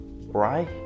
Right